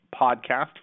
podcast